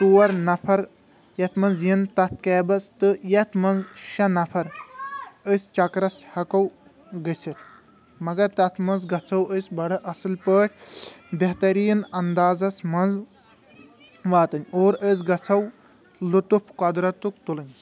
ژور نفر یتھ منٛز یِن تَتھ کیبس تہٕ یتھ منٛز شیٚے نفر أسۍ چکرس ہیٚکو گٔژھِتھ مگر تَتھ منٛز گژھو أسۍ بڑٕ اَصل پأٹھۍ بہتریٖن انٛدازس منٛز واتٕنۍ اور أسۍ گژھو لُطف قۄدرتُک تُلٕنۍ